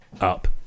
up